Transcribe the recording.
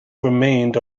remained